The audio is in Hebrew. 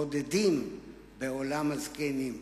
בודדים בעולם הזקנים,